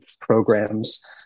programs